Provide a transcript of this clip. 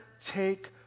take